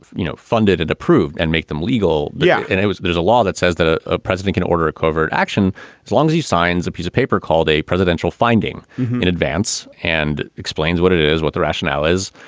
you know, funded and approved and make them legal. yeah and it was there's a law that says that a a president can order a covert action as long as he signs a piece of paper called a presidential finding in advance and explains what it is, what the rationale is,